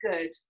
good